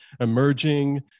emerging